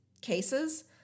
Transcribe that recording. cases